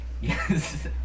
Yes